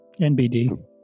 NBD